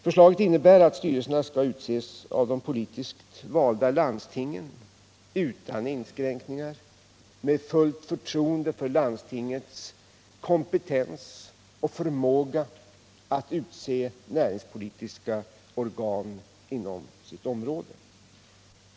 Förslaget innebär att styrelserna skall utses av de politiskt valda landstingen utan inskränkningar, med fullt förtroende för landstingens kompetens och förmåga att utse näringspolitiska organ inom sitt område.